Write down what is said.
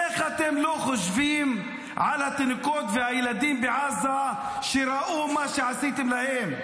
איך אתם לא חושבים על התינוקות והילדים בעזה שראו מה שעשיתם להם?